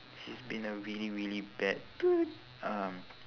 she's been a really really bad um